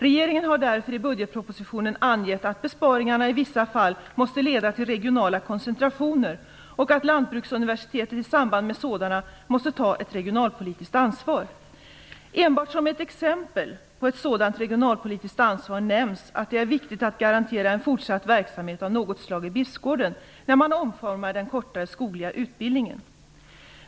Regeringen har därför i budgetpropositionen angett att besparingarna i vissa fall måste leda till regionala koncentrationer och att Lantbruksuniversitetet i samband med sådana måste ta ett regionalpolitiskt ansvar. Enbart som ett exempel på ett sådant regionalpolitiskt ansvar nämns att det är viktigt att garantera fortsatt verksamhet av något slag i Bispgården när man omformar den kortare skogliga utbildningen.